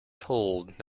told